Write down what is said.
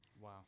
Wow